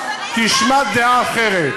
כי השמעת דעה אחרת.